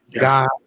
God